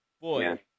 boy